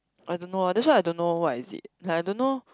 I don't know ah that's why I don't know what is it like I don't know